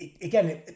again